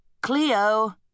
Cleo